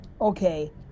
okay